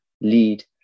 lead